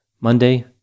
Monday